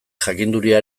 jakinduria